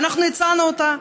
ואנחנו הצענו אותה,